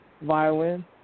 violin